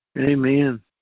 amen